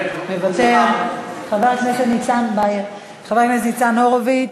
חבר הכנסת ניצן הורוביץ,